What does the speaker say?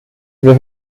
wir